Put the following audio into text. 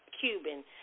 Cuban